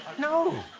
no!